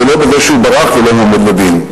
ולא בזה שהוא ברח ולא מועמד לדין.